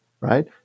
right